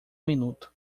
minuto